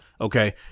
Okay